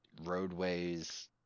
roadways